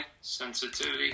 sensitivity